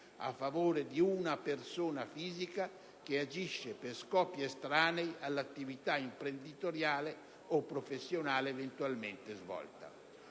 a favore di una persona fisica che agisce per scopi estranei all'attività imprenditoriale o professionale eventualmente svolta».